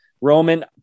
Roman